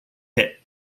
hit